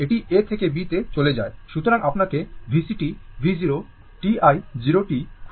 সুতরাং আপনাকে VCt V 0 t i 0 t খুঁজে বের করতে হবে